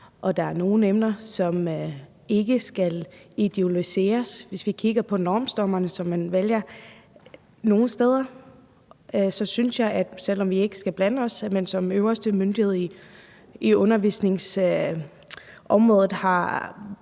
Der er nogle emner, der ikke skal ideologiseres. Hvis vi kigger på Normstormerne, som man vælger nogle steder, så synes jeg, selv om vi ikke skal blande os, at man som øverste myndighed på undervisningsområdet